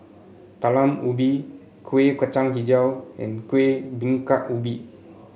Talam Ubi Kuih Kacang hijau and Kuih Bingka Ubi